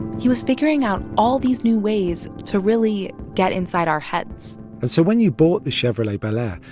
he was figuring out all these new ways to really get inside our heads and so when you bought the chevrolet bel air,